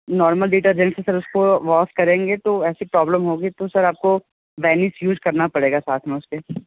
normal detergent से sir उसको wash करेंगे तो ऐसी प्रॉब्लम होगी तो सर आपको बेनिस यूज़ करना पड़ेगा साथ में उसके